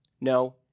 no